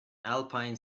alpine